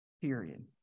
period